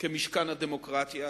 כמשכן הדמוקרטיה